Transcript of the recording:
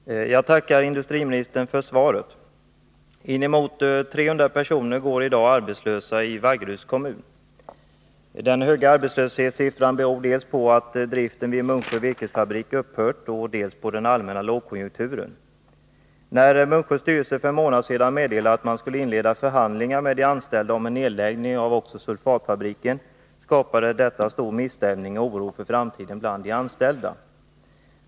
Herr talman! Jag tackar industriministern för svaret. Inemot 300 personer går i dag arbetslösa i Vaggeryds kommun. Den höga arbetslöshetssiffran beror dels på att driften vid Munksjö virkesfabrik upphört, dels på den allmänna lågkonjunkturen. När Munksjös styrelse för en månad sedan meddelade att man skulle inleda förhandlingar med de anställda om en nedläggning också av sulfatfabriken, skapade detta stor misstämning och oro för framtiden bland de anställda.